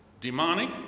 Demonic